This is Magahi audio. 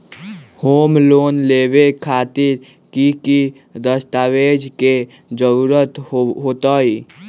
होम लोन लेबे खातिर की की दस्तावेज के जरूरत होतई?